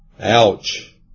Ouch